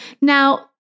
Now